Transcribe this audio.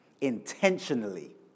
intentionally